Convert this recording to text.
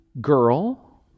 girl